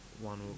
one